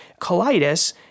colitis